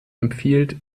empfiehlt